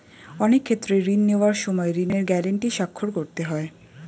অনেক ক্ষেত্রে ঋণ নেওয়ার সময় ঋণের গ্যারান্টি স্বাক্ষর করতে হয়